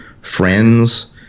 friends